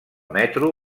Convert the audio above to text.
metro